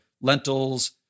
lentils